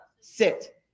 sit